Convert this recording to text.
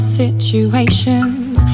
situations